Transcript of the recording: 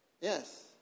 Yes